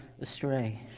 astray